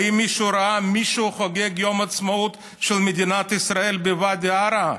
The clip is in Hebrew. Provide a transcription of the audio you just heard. האם מישהו ראה מישהו חוגג את יום העצמאות של מדינת ישראל בוואדי עארה?